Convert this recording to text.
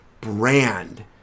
brand